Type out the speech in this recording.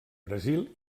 brasil